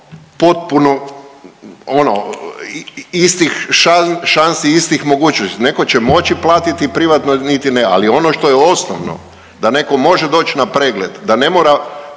potpuno ono istih šansi, istih mogućnosti. Netko će moći platiti privatno, niti ne. Ali ono što je osnovno da netko može doći na pregled da ne mora